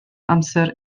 amser